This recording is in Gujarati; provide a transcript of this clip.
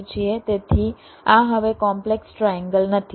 તેથી આ હવે કોમ્પલેક્સ ટ્રાએન્ગલ નથી